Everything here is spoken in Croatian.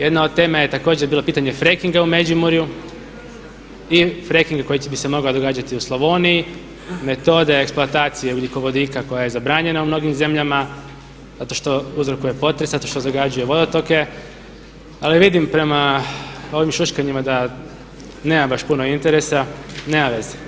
Jedna od tema je također bilo pitanje … u Međimurju i … koji bi se mogli događati u Slavoniji, metode eksploatacije ugljikovodika koja je zabranjena u mnogim zemljama zato što uzrokuje potres, zato što zagađuje vodotoke ali vidim prema ovim šuškanjima da nema baš puno interesa, nema veze.